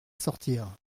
sortir